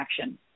action